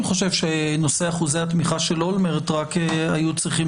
נושא אחוזי התמיכה של אולמרט היו צריכים